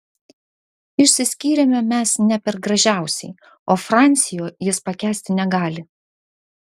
išsiskyrėme mes ne per gražiausiai o francio jis pakęsti negali